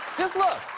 just look.